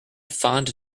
fond